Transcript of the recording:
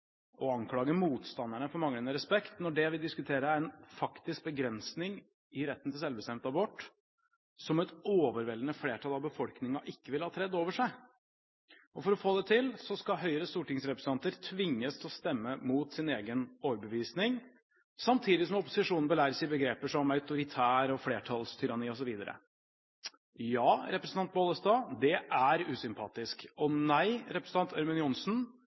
anklage motstanderne for manglende respekt når det vi diskuterer, er en faktisk begrensning i retten til selvbestemt abort, som et overveldende flertall av befolkningen ikke vil ha tredd nedover seg. For å få det til skal Høyres stortingsrepresentanter tvinges til å stemme mot sin egen overbevisning, samtidig som opposisjonen belæres i begreper som «autoritær», «flertallstyranni» osv. Ja, representant Bollestad, det er usympatisk. Og nei, representant Ørmen Johnsen,